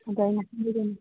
ꯑꯗꯣ ꯑꯩꯅ